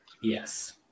Yes